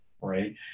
right